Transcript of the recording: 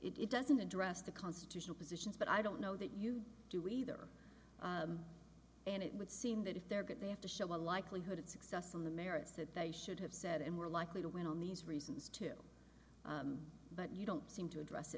that it doesn't address the constitutional positions but i don't know that you do either and it would seem that if they're good they have to show a likelihood of success on the merits that they should have said and were likely to win on these reasons too but you don't seem to address